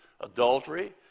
Adultery